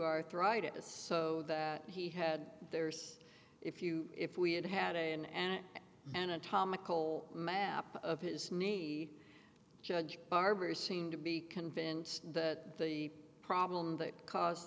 arthritis so that he had there's if you if we had had a in an anatomical map of his knee judge barber seemed to be convinced that the problem that caused